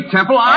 Temple